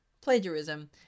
plagiarism